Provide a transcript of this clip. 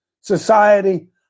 society